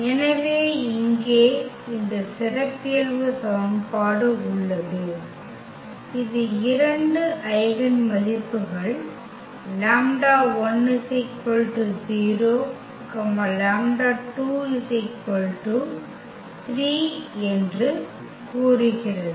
எனவே இங்கே இந்த சிறப்பியல்பு சமன்பாடு உள்ளது இது இரண்டு ஐகென் மதிப்புகள் λ1 0 λ2 3 என்று கூறுகிறது